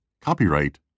Copyright